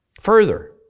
Further